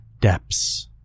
depths